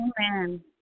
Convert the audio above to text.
Amen